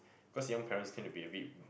cause young parents tend to be a bit